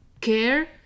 care